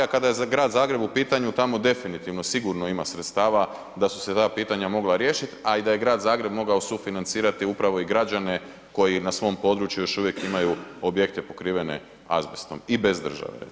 A kada je grad Zagreb u pitanju tamo definitivno sigurno ima sredstava da su se ta pitanja mogla riješiti, a i da je grad Zagreb mogao sufinancirati upravo i građane koji na svom području još uvijek imaju objekte pokrivene azbestom i bez države recimo.